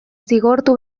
zigortu